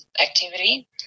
activity